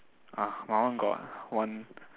ah my one got one